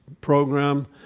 program